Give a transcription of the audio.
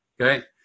Okay